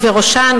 ובראשן,